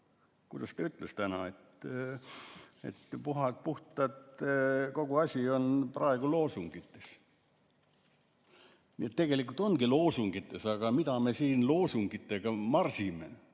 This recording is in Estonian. Kuidas ta ütles täna? Et puhtalt kogu asi on praegu loosungites. Tegelikult ongi loosungites, aga mida me siin loosungitega marsime?